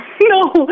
No